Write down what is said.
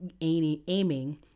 aiming